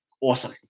awesome